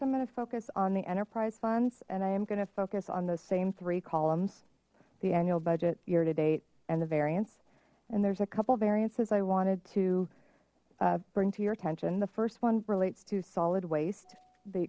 to focus on the enterprise funds and i am going to focus on the same three columns the annual budget year to date and the variance and there's a couple variances i wanted to bring to your attention the first one relates to solid waste the